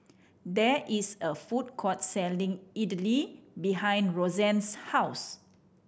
there is a food court selling Idili behind Rosanne's house